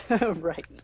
Right